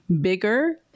bigger